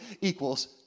equals